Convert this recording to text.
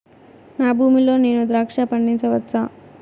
నా భూమి లో నేను ద్రాక్ష పండించవచ్చా?